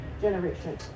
generation